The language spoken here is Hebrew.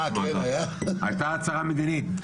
הייתה הצהרה מדינית.